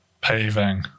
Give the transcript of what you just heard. paving